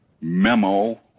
memo